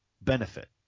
Benefit